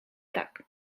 tak